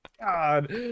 God